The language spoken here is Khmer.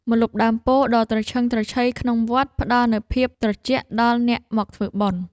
ម្លប់ដើមពោធិ៍ដ៏ត្រឈឹងត្រឈៃក្នុងវត្ត ផ្តល់នូវភាពត្រជាក់ដល់អ្នកមកធ្វើបុណ្យ។